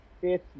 fifth